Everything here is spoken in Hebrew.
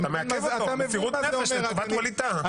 שאתה מעכב אותו במסירות נפש לטובת ווליד טאהא.